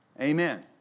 Amen